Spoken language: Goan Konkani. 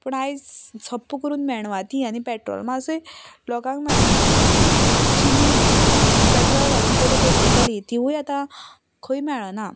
पूण आयज झप्प करून मेणवाती आनी पॅट्रोमासूय लोकांक मेळना चिमणी जी पॅट्रोल घालून पयले पेटयताली तिवूय आतां खंय मेळना